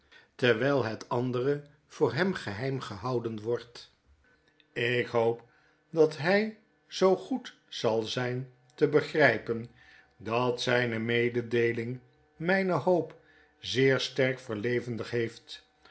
terwijl het anderevoor hem geheim gehouden wordt ik hoop dat hij zoo goed zal zijn te begrijpen dat zijnemededeeling mijne hoop zeer sterk verievendigd heeft